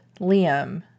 Liam